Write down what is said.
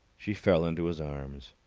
she fell into his arms.